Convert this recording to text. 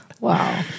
Wow